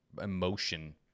emotion